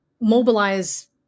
mobilize